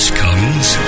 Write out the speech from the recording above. comes